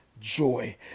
joy